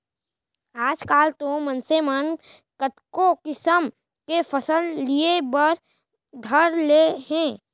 आजकाल तो मनसे मन कतको किसम के फसल लिये बर धर ले हें